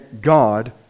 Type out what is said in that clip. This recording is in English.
God